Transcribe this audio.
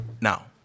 now